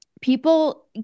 people